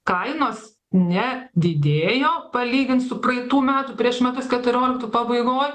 kainos ne didėjo palygint su praeitų metų prieš metus keturioliktų pabaigoj